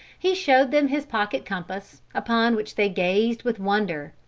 he showed them his pocket compass, upon which they gazed with wonder.